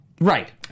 Right